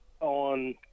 on